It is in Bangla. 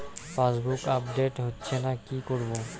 পাসবুক আপডেট হচ্ছেনা কি করবো?